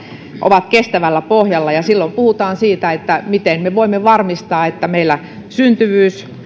ovat kestävällä pohjalla ja silloin puhutaan siitä miten me voimme varmistaa että meillä syntyvyys